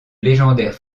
légendaire